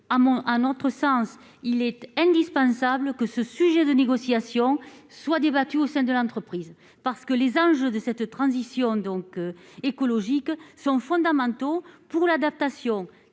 un autre sens, il est indispensable que ce sujet de négociation soit débattue au sein de l'entreprise, parce que les enjeux de cette transition donc écologiques sont fondamentaux pour l'adaptation